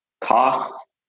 costs